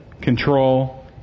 Control